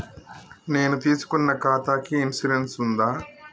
నేను తీసుకున్న ఖాతాకి ఇన్సూరెన్స్ ఉందా?